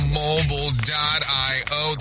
mobile.io